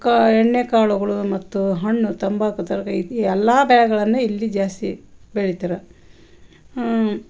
ಕ ಎಣ್ಣೆ ಕಾಳುಗಳು ಮತ್ತು ಹಣ್ಣು ತಂಬಾಕು ತರಕಾರಿ ಎಲ್ಲ ಬೆಳೆಗಳನ್ನು ಇಲ್ಲಿ ಜಾಸ್ತಿ ಬೆಳಿತಾರೆ